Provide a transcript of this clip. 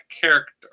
character